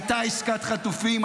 הייתה עסקת חטופים,